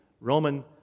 Roman